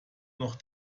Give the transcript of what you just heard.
noch